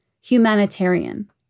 humanitarian